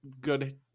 good